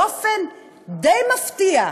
באופן די מפתיע,